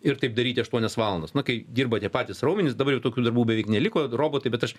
ir taip daryti aštuonias valandas na kai dirba tie patys raumenys dabar jau tokių darbų beveik neliko robotai bet aš